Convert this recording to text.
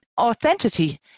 authenticity